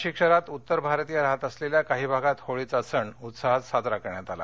नाशिक शहरात उत्तर भारतीय राहात असलेल्या काही भागात होळीचा सण उत्साहात साजरा करण्यात आला